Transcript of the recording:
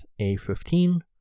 A15